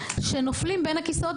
שנופלים בין הכיסאות.